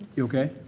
okay?